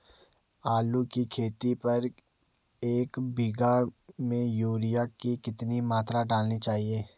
आलू की खेती पर एक बीघा में यूरिया की कितनी मात्रा डालनी चाहिए?